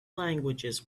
languages